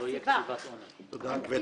תודה, כבוד